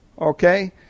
Okay